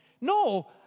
No